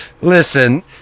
listen